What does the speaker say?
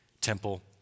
temple